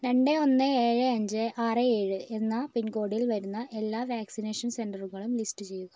രണ്ട് ഒന്ന് ഏഴ് അഞ്ച് ആറ് ഏഴ് എന്ന പിൻകോഡിൽ വരുന്ന എല്ലാ വാക്സിനേഷൻ സെൻറ്ററുകളും ലിസ്റ്റ് ചെയ്യുക